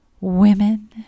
women